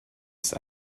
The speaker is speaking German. ist